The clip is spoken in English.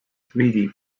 greedy